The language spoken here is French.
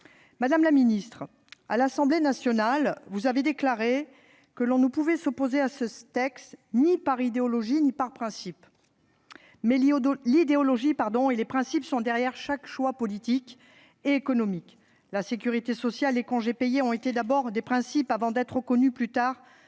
Madame la ministre, à l'Assemblée nationale, vous avez déclaré que l'on ne pouvait s'opposer à ce texte, « ni par idéologie ni par principe. » Mais l'idéologie et les principes sont derrière chaque choix politique et économique ! La sécurité sociale, les congés payés ont été d'abord des principes avant d'être reconnus, plus tard,